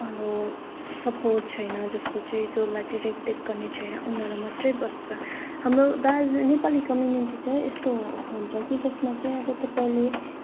अब सपोर्ट छैन जसको चाहिँ जसलाई चाहिँ रेख देख गर्ने छैन उनीहरू मात्र बस्छ हाम्रो दार्ज नेपाली कम्युनिटी चाहिँ यस्तो हो हुन्छ कि जसमा चाहिँ अब तपाईँले